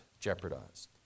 jeopardized